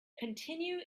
continue